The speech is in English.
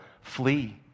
flee